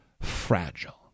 fragile